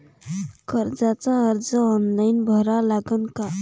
कर्जाचा अर्ज ऑनलाईन भरा लागन का?